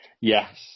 Yes